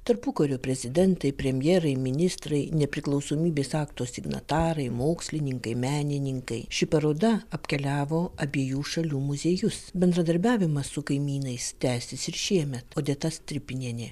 tarpukario prezidentai premjerai ministrai nepriklausomybės akto signatarai mokslininkai menininkai ši paroda apkeliavo abiejų šalių muziejus bendradarbiavimas su kaimynais tęsis ir šiemet odeta stripinienė